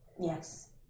Yes